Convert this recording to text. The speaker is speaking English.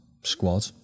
squad